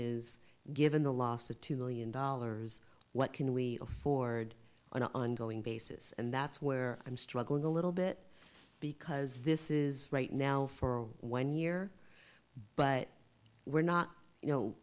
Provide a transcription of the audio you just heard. is given the loss of two million dollars what can we afford on an ongoing basis and that's where i'm struggling a little bit because this is right now for one year but we're not you know